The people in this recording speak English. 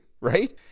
right